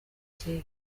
kera